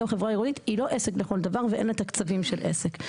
חברה עירונית היא לא עסק לכל דבר ואין לה את התקציבים של עסק.